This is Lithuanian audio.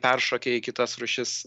peršokę į kitas rūšis